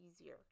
easier